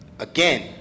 Again